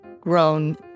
grown